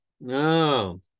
no